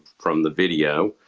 from the video.